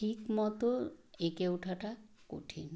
ঠিক মতো এঁকে ওঠাটা কঠিন